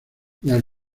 las